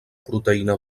proteïna